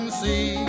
see